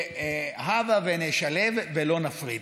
הבה ונשלב ולא נפריד.